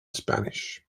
spanish